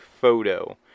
photo